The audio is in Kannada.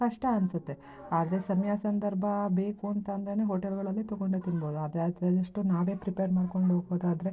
ಕಷ್ಟ ಅನ್ಸುತ್ತೆ ಆಗ ಸಮಯ ಸಂದರ್ಭ ಬೇಕು ಅಂತ ಅಂದ್ರೇನೆ ಹೋಟೆಲ್ಗಳಲ್ಲಿ ತಗೊಂಡೆ ತಿನ್ಬೋದು ಆದರೆ ಅಲ್ಲಿ ತಿಂದಷ್ಟು ನಾವೇ ಪ್ರಿಪೇರ್ ಮಾಡ್ಕೊಂಡು ಹೋಗ್ಬೋದಾದ್ರೆ